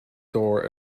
door